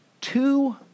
two